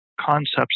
concepts